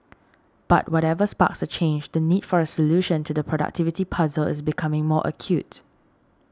but whatever sparks a change the need for a solution to the productivity puzzle is becoming more acute